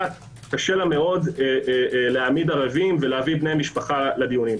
קשה לה מאוד להעמיד ערבים ולהביא בני משפחה לדיונים.